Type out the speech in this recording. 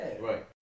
Right